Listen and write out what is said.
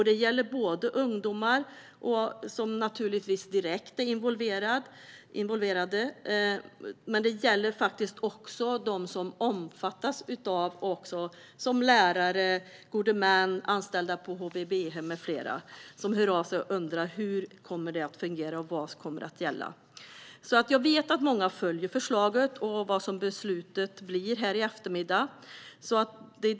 Det gäller både ungdomar, som är direkt involverade, och andra, såsom lärare, gode män, anställda på HVB-hem med flera. De undrar hur det kommer att fungera och vad som kommer att gälla. Jag vet att många följer förslaget och vad beslutet blir här i eftermiddag.